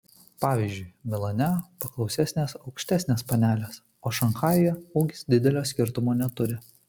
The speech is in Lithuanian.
pavyzdžiui milane paklausesnės aukštesnės panelės o šanchajuje ūgis didelio skirtumo neturi